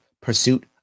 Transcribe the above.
pursuit